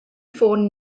ffôn